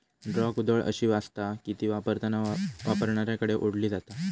draw कुदळ अशी आसता की ती वापरताना वापरणाऱ्याकडे ओढली जाता